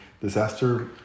Disaster